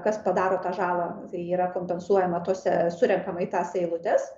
kas padaro tą žalą tai yra kompensuojama tose surenkama į tas eilutes